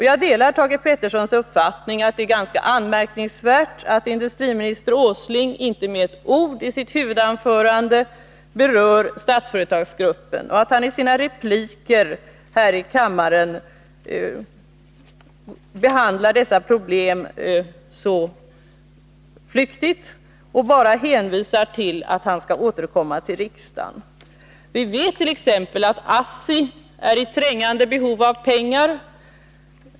Jag delar Thage Petersons uppfattning att det är ganska anmärkningsvärt att industriminister Nils Åsling inte med ett ord i sitt huvudanförande berör Statsföretagsgruppen och att han i sina repliker här i kammaren behandlar dessa problem så flyktigt och bara hänvisar till att han skall återkomma till riksdagen. Vi vet att t.ex. ASSI är i trängande behov av pengar.